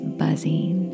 buzzing